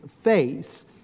face